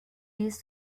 least